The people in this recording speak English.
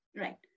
Right